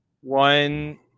one